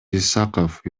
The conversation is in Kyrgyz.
исаков